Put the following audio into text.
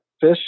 fish